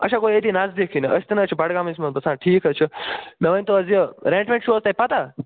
آچھا گوٚو ییٚتی نزدیٖکھٕے نہٕ أسۍ تہِ نَہ حظ چھِ بَڈگامِس منٛز بَسان ٹھیٖک حظ چھُ مےٚ ؤنِتو حظ یہِ ریٚنٛٹ ویٚنٛٹ چھُو حظ تۄہہِ پتہ